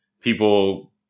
people